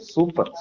Super